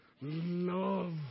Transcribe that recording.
Love